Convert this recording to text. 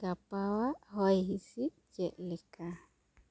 ᱜᱟᱯᱟᱣᱟᱜ ᱦᱚᱭ ᱦᱤᱥᱤᱫ ᱪᱮᱫ ᱞᱮᱠᱟ